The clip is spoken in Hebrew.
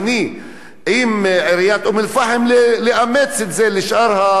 עם עיריית אום-אל-פחם, לאמץ את זה לשאר הכפרים.